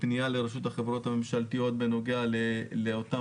פניה לרשות החברות הממשלתיות בנוגע לאותן